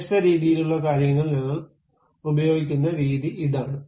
വ്യത്യസ്ത രീതിയിലുള്ള കാര്യങ്ങൾ ഞങ്ങൾ ഉപയോഗിക്കുന്ന രീതി ഇതാണ്